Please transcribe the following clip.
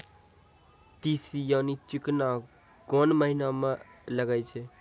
तीसी यानि चिकना कोन महिना म लगाय छै?